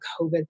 COVID